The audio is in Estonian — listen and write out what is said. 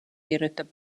kirjutab